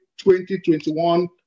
2021